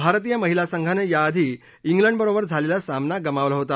भारतीय महिला संघानं याआधी इंग्लंडबरोबर झालेला सामना गमावला होता